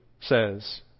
says